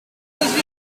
was